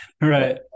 right